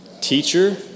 Teacher